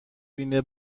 بینی